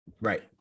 right